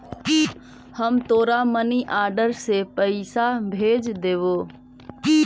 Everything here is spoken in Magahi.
हम तोरा मनी आर्डर से पइसा भेज देबो